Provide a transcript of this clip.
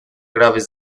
graves